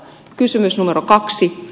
kysymys numero kaksi